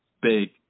big